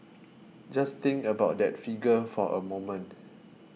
just think about that figure for a moment